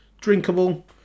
drinkable